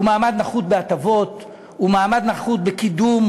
הוא מעמד נחות בהטבות, הוא מעמד נחות בקידום.